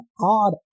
odd